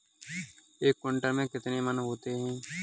एक क्विंटल में कितने मन होते हैं?